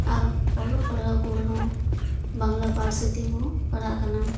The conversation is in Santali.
ᱟᱨ ᱚᱞᱚᱜ ᱯᱟᱲᱦᱟᱣ ᱠᱚ ᱨᱮᱦᱚᱸ ᱵᱟᱝᱞᱟ ᱯᱟᱹᱨᱥᱤ ᱛᱮᱠᱚ ᱯᱟᱲᱦᱟᱜ ᱠᱟᱱᱟ